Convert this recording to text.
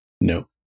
No